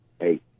hey